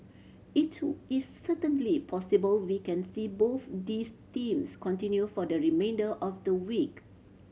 it is certainly possible we can see both those themes continue for the remainder of the week